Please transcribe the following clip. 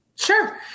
Sure